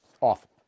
Awful